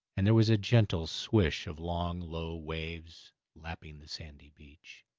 and there was a gentle swish of long low waves lapping the sandy beach.